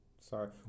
Sorry